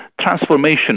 transformation